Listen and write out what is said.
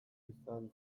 izan